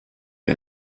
wie